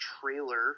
trailer